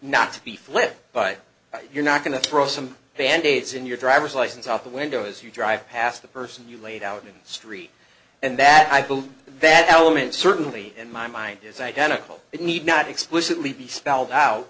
not to be flip but you're not going to throw some band aids in your driver's license out the window as you drive past the person you laid out in the street and that i believe that element certainly in my mind is identical it need not explicitly be spelled out